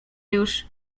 już